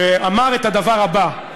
שאמר את הדבר הבא,